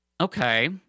okay